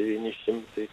devyni šimtai